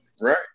Right